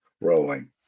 rolling